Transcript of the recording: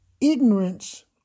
Ignorance